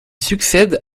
succède